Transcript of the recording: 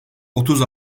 otuz